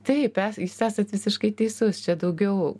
tai jūs esat visiškai teisus čia daugiau